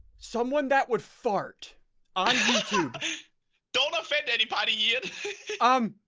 someone that would fart on youtube don't offend anybody years um